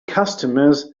customers